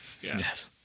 yes